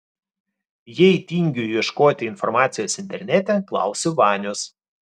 jei tingiu ieškoti informacijos internete klausiu vanios